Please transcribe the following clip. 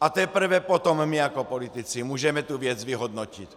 a teprve potom my jako politici můžeme tu věc vyhodnotit.